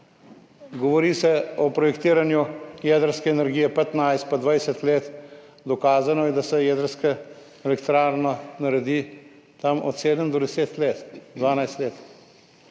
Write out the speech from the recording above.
Govori se o projektiranju jedrske energije 15 pa 20 let. Dokazano je, da se jedrska elektrarna dela tam od 7 do 10 let, 12 let.